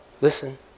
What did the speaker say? listen